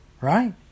right